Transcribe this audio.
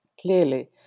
clearly